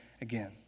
again